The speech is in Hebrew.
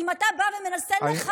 אם אתה בא ומנסה לחנך אותי,